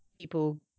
people